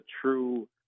true